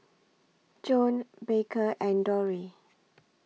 Joann Baker and Dori